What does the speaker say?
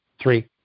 three